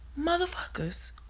motherfuckers